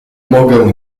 mogę